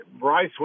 Bryce